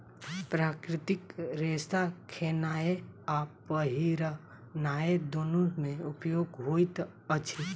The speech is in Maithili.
प्राकृतिक रेशा खेनाय आ पहिरनाय दुनू मे उपयोग होइत अछि